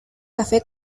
café